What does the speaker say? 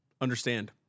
Understand